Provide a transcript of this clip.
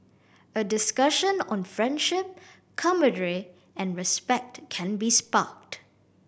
a discussion on friendship camaraderie and respect can be sparked